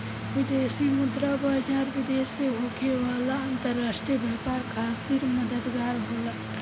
विदेशी मुद्रा बाजार, विदेश से होखे वाला अंतरराष्ट्रीय व्यापार खातिर मददगार होला